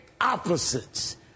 opposites